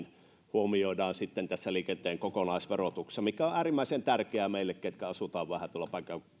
huomioidaan tässä liikenteen kokonaisverotuksessa mikä on äärimmäisen tärkeää meille ketkä asumme vähän tuolla